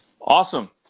awesome